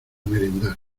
merendar